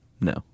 No